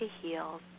heels